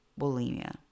bulimia